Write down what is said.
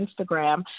Instagram